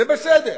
זה בסדר.